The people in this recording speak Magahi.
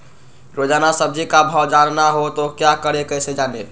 रोजाना सब्जी का भाव जानना हो तो क्या करें कैसे जाने?